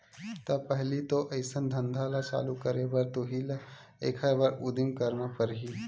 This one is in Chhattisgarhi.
त पहिली तो अइसन धंधा ल चालू करे बर तुही ल एखर बर उदिम करना परही